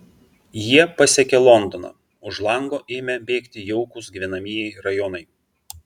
jie pasiekė londoną už lango ėmė bėgti jaukūs gyvenamieji rajonai